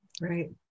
Right